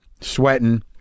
sweating